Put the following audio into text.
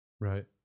Right